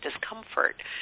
discomfort